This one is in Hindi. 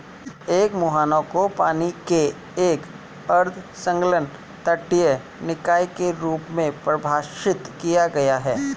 एक मुहाना को पानी के एक अर्ध संलग्न तटीय निकाय के रूप में परिभाषित किया गया है